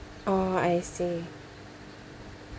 oh I see